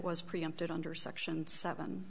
was preempted under section seven